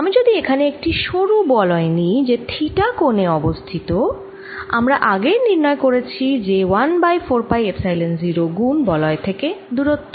আমি যদি এখানে একটি সরু বলয় নিই যে থিটা কোণে অবস্থিত আমরা আগেই নির্ণয় করেছি যে 1বাই 4 পাই এপসাইলন 0 গুন বলয় থেকে দূরত্ব